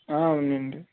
అవును అండి